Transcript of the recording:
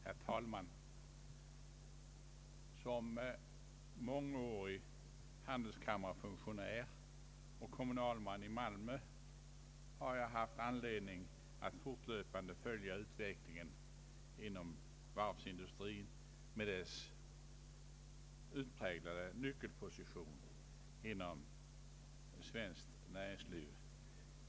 Herr talman! Som mångårig handelskammarfunktionär och kommunalman i Malmö har jag haft anledning att fortlöpande följa utvecklingen inom varvsindustrin med dess utpräglade nyckelposition inom svenskt näringsliv.